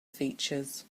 features